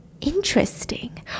Interesting